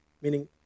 meaning